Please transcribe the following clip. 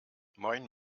moin